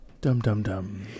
Dum-dum-dum